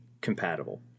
compatible